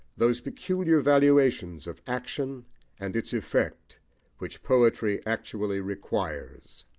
those peculiar valuations of action and its effect which poetry actually requires.